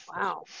Wow